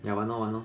ya 玩 lor 玩 lor